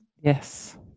Yes